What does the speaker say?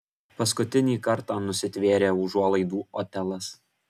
paskutinį kartą nusitvėrė užuolaidų otelas